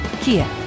Kia